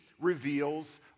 reveals